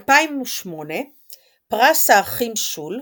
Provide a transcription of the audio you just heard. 2008 פרס האחים שול,